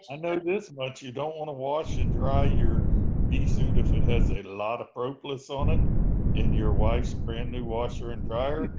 i know this much. you don't want to wash and dry your bee suit to fit has a lot of propolis on it in your wife's brand new washer and dryer.